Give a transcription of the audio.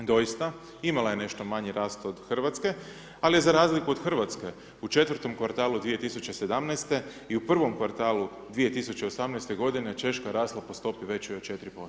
Doista, imala je nešto manji rast od Hrvatske, ali je za razliku od Hrvatske, u četvrtom kvartalu 2017. i u prvom kvartalu 2018. godine, Češka rasla po stopi većoj od 4%